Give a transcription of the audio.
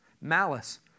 malice